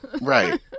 Right